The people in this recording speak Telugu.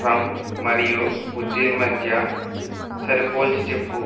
ట్రంప్ మరియు పుతిన్ మధ్య సరిపోల్చి చెప్పు